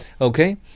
Okay